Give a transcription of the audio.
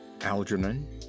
Algernon